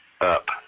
up